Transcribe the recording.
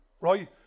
right